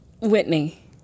Whitney